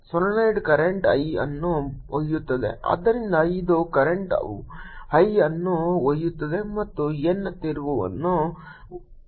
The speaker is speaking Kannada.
ಸೊಲೆನಾಯ್ಡ್ ಕರೆಂಟ್ I ಅನ್ನು ಒಯ್ಯುತ್ತದೆ ಆದ್ದರಿಂದ ಇದು ಕರೆಂಟ್ I ಅನ್ನು ಒಯ್ಯುತ್ತದೆ ಮತ್ತು N ತಿರುವುಗಳನ್ನು ಹೊಂದಿರುತ್ತದೆ